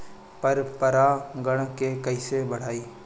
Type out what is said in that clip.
पर परा गण के कईसे बढ़ाई?